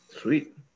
Sweet